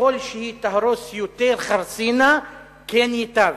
וככל שהיא תהרוס יותר חרסינה כן ייטב.